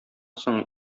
соң